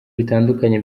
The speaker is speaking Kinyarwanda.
bitandukanye